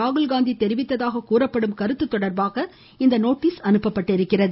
ராகுல்காந்தி தெரிவித்ததாகக் கூறப்படும் கருத்துத் தொடர்பாக இந்த நோட்டீஸ் அனுப்பப்பட்டுள்ளது